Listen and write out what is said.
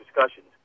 discussions